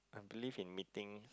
I believe in meeting